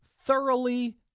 thoroughly